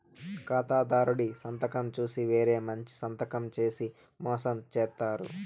ఖాతాదారుడి సంతకం చూసి వేరే మంచి సంతకం చేసి మోసం చేత్తారు